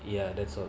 ya that's all